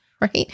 right